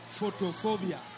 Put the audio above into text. Photophobia